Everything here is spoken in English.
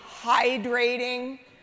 hydrating